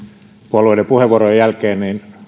kahden hallituspuolueen puheenvuorojen jälkeen